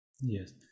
Yes